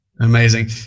Amazing